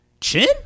chin